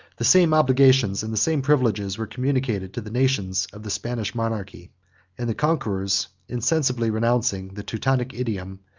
the same obligations, and the same privileges, were communicated to the nations of the spanish monarchy and the conquerors, insensibly renouncing the teutonic idiom,